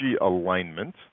alignment